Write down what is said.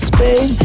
Spain